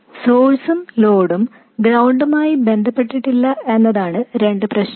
സോഴ്സും ലോഡും ഗ്രൌണ്ടുമായി ബന്ധപ്പെട്ടട്ടില്ല എന്നതാണ് രണ്ട് പ്രശ്നങ്ങൾ